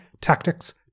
tactics